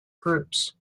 groups